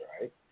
right